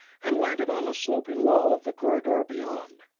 and landed on the sloping wall of the corridor beyond.